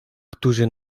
którzy